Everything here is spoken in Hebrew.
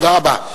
תודה רבה.